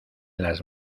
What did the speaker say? las